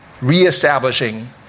reestablishing